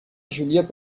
ژولیت